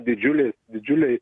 didžiulis didžiuliai